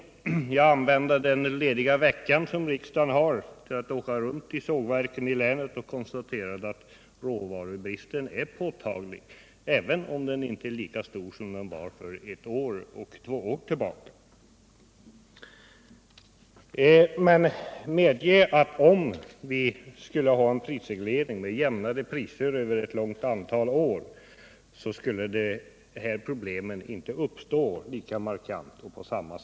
Låt mig då tala om att jag använde den lediga veckan 3 april 1978 som riksdagen har till att åka runt till sågverken i länet, och jag konstaterade då att råvarubristen är påtaglig, även om den inte är lika stor som den var för ett eller två år sedan. Och jag tror att industriministern kan hålla med mig om att en prisreglering som medförde jämnare priser över ett långt antal år skulle innebära att de här problemen inte uppstod på samma sätt och lika markant.